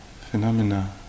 phenomena